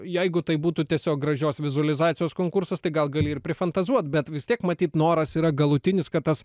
jeigu tai būtų tiesiog gražios vizualizacijos konkursas tai gal gali ir prifantazuot bet vis tiek matyt noras yra galutinis kad tas